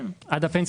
כן, עד הפנסיה.